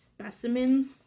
specimens